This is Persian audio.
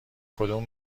کدوم